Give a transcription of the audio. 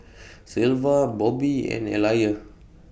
Sylva Bobbi and Elijah